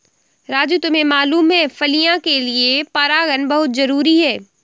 राजू तुम्हें मालूम है फलियां के लिए परागन बहुत जरूरी है